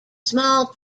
small